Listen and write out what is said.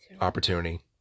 opportunity